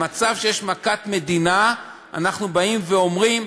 במצב של מכת מדינה אנחנו באים ואומרים: